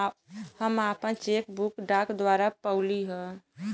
हम आपन cheque book डाक द्वारा पउली है